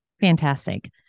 Fantastic